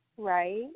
Right